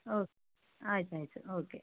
oak ಆಯ್ತು ಆಯಿತು okay